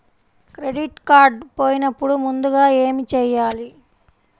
Credit card పోయినపుడు ముందుగా ఏమి చేయాలి?